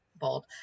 bold